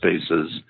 spaces